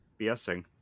BSing